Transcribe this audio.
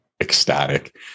ecstatic